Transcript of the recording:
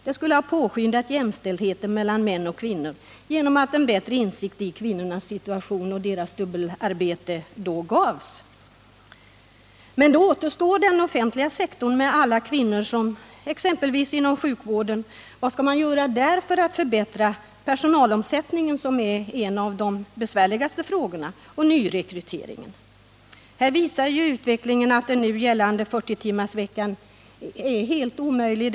Det skulle ha påskyndat jämställdheten mellan män och kvinnor genom att männen fick en bättre insikt i kvinnornas situation och dubbelarbete. Men vad skall man göra inom den offentliga sektorn och det stora antal kvinnor som är anställda exempelvis inom sjukvården? Vad skall man göra där för att förbättra nyrekryteringen och personalomsättningen, som är en av de besvärligaste frågorna? Utvecklingen visar att den nu gällande 40 timmarsveckan är helt omöjlig.